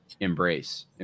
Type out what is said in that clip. embrace